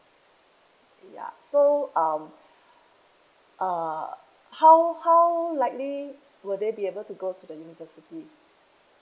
ya so um uh how how likely will they be able to go to the university